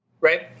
right